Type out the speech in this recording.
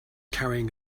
carrying